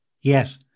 Yes